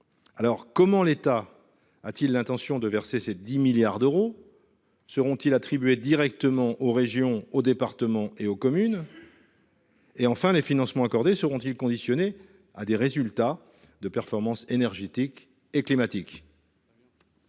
lors, comment l’État entend il verser ces 10 milliards d’euros ? Seront ils attribués directement aux régions, aux départements et aux communes ? Enfin, les financements accordés seront ils conditionnés à des résultats de performance énergétique et climatique ?